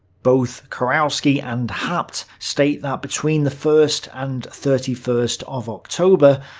both kurowski and haupt state that between the first and thirty first of october,